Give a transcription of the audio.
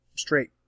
Straight